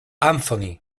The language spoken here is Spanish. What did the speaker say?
anthony